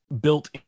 built